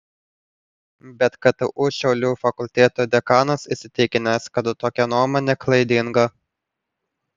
bet ktu šiaulių fakulteto dekanas įsitikinęs kad tokia nuomonė klaidinga